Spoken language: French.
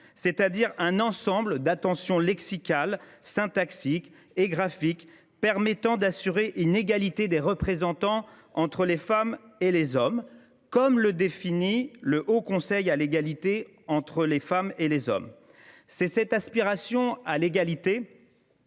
c’est à dire un « ensemble d’attentions lexicales, syntaxiques et graphiques permettant d’assurer une égalité des représentations entre les femmes et les hommes », conformément à la définition du Haut Conseil à l’égalité entre les femmes et les hommes. C’est cette aspiration à l’égalité